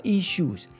issues